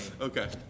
Okay